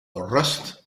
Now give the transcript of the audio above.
rust